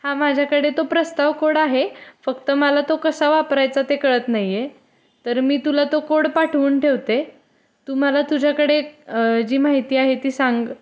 हा माझ्याकडे तो प्रस्ताव कोड आहे फक्त मला तो कसा वापरायचा ते कळत नाही आहे तर मी तुला तो कोड पाठवून ठेवते तू मला तुझ्याकडे जी माहिती आहे ती सांग